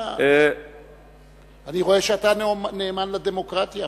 רואה שאתה נאמן לדמוקרטיה.